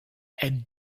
and